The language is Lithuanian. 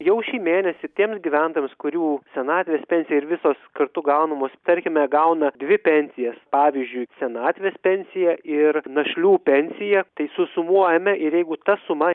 jau šį mėnesį tiems gyventojams kurių senatvės pensija ir visos kartu gaunamos tarkime gauna dvi pensijas pavyzdžiui senatvės pensiją ir našlių pensiją tai susumuojame ir jeigu ta suma